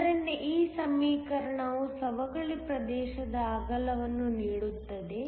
ಆದ್ದರಿಂದ ಈ ಸಮೀಕರಣವು ಸವಕಳಿ ಪ್ರದೇಶದ ಅಗಲವನ್ನು ನೀಡುತ್ತದೆ